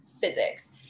physics